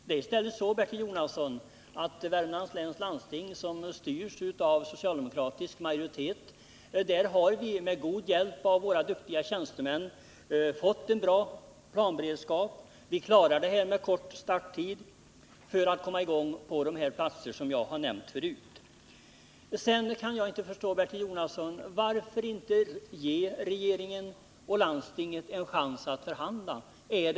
Det är i stället så, Bertil Jonasson, att Värmlands läns landsting, som styrs av socialdemokratisk majoritet, med god hjälp av våra duktiga tjänstemän fått en bra planberedskap. Vi klarar att med kort starttid komma i gång på de platser jag nämnt förut. För det andra kan jag inte förstå, Bertil Jonasson, varför vi inte skulle ge regeringen och landstinget en chans att förhandla.